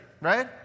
right